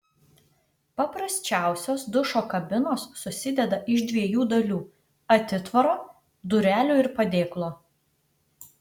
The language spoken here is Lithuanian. paprasčiausios dušo kabinos susideda iš dviejų dalių atitvaro durelių ir padėklo